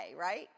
right